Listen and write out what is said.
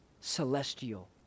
celestial